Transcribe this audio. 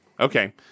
Okay